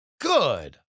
Good